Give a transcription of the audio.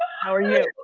how are you?